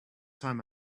time